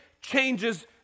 changes